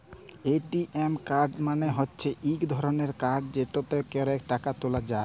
ATM card মালে হচ্যে ইক ধরলের কাড় যেটতে ক্যরে টাকা ত্যুলা যায়